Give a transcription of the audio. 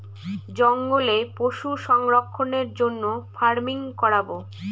জঙ্গলে পশু সংরক্ষণের জন্য ফার্মিং করাবো